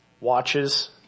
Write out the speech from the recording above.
watches